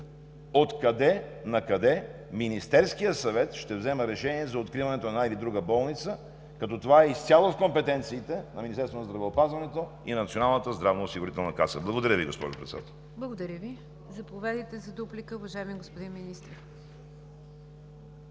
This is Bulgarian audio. откъде накъде Министерският съвет ще взема решение за откриването на една или друга болница, като това е изцяло в компетенциите на Министерството на здравеопазването и на Националната здравноосигурителна каса? Благодаря Ви, госпожо Председател. ПРЕДСЕДАТЕЛ НИГЯР ДЖАФЕР: Благодаря Ви. Заповядайте за дуплика, уважаеми господин Министър.